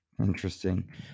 Interesting